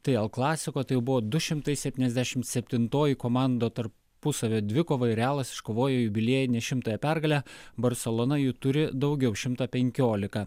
tai l klasiko tai jau buvo du šimtai septyniasdešim septintoji komandų tarpusavio dvikova ir realas iškovojo jubiliejinę šimtąją pergalę barselona jų turi daugiau šimtą penkiolika